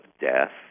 death